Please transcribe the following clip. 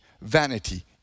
vanity